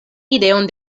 ideon